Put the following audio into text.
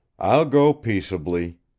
i'll go peaceably.